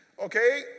Okay